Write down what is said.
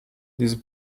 this